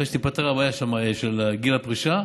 כשתיפתר הבעיה של גיל הפרישה,